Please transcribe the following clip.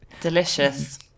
Delicious